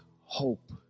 hope